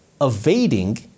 evading